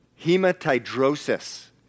Hematidrosis